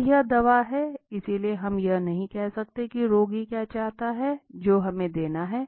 अब यह दवा है इसलिए हम यह नहीं कह सकते कि रोगी क्या चाहता है जो हमें देना है